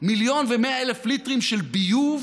מיליון ו-100,000 ליטרים של ביוב